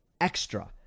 Extra